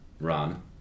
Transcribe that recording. run